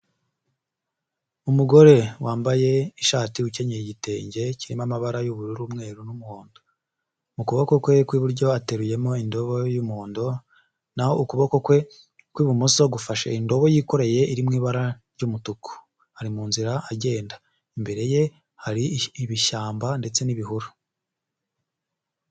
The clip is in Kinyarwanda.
Umugore wambaye ishati ukenyeye igitenge kirimo amabara y'ubururu, umweru n'umuhondo. Mu kuboko kwe kw'iburyo ateruyemo indobo y'umuhondo, naho ukuboko kwe kwi'bumoso gufashe indobo yikoreye iri mu ibara ry'umutuku. Ari mu nzira agenda. Imbere ye hari ibishyamba ndetse n'ibihuru.